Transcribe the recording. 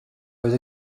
oedd